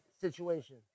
situation